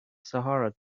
sahara